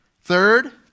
Third